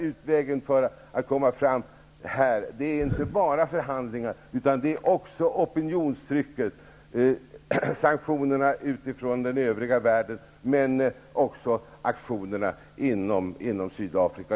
Utvägen är inte bara förhandlingar utan även opinionstrycket, sanktionerna utifrån den övriga världen och aktionerna inom Sydafrika.